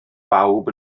bawb